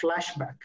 flashback